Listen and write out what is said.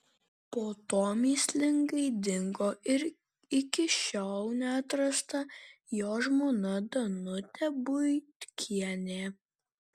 po to mįslingai dingo ir iki šiol neatrasta jo žmona danutė buitkienė